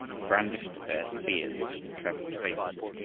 brandished their spears in the travelers' faces.